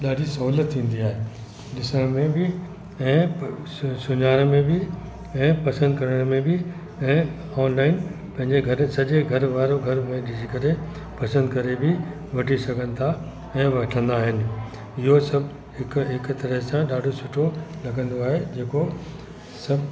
ॾाढी सहुलियत थींदी आहे ॾिसण में बि ऐं प स स सुञाणण में बि ऐं पसंदि करण में बि ऐं ऑनलाइन पंहिंजे घरु सॼे घर वारो घर में ॾिसी करे पसंदि करे बि वठी सघनि था ऐं वठंदा आहिनि इहो सभु हिकु हिकु तरह सां ॾाढो सुठो लॻंदो आहे जेको सभु